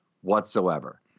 whatsoever